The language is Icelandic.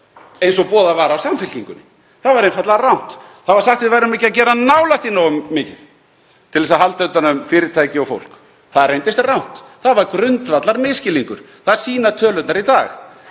eins og boðað var af Samfylkingunni. Það var einfaldlega rangt. Það var sagt að við værum ekki að gera nálægt því nógu mikið til þess að halda utan um fyrirtæki og fólk. Það reyndist rangt. Það var grundvallarmisskilningur. Það sýna tölurnar í dag.